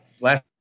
last